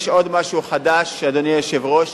אדוני היושב-ראש,